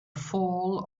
fall